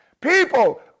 People